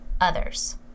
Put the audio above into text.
others